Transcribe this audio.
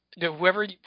whoever